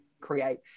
create